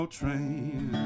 train